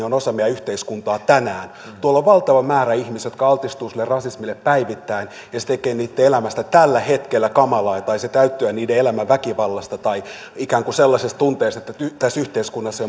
on osa meidän yhteiskuntaamme tänään tuolla on valtava määrä ihmisiä jotka altistuvat sille rasismille päivittäin ja se tekee heidän elämästään tällä hetkellä kamalaa tai se täyttää heidän elämänsä väkivallasta tai ikään kuin sellaisesta tunteesta että tässä yhteiskunnassa